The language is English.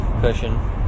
cushion